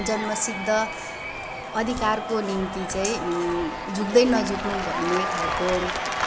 जन्मसिद्ध अधिकारको निम्ति चाहिँ झुक्दै नझुक्नु भन्ने खालको